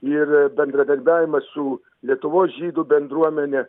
ir bendradarbiavimą su lietuvos žydų bendruomene